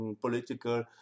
political